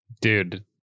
dude